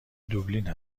دوبلین